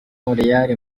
montreal